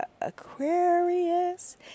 aquarius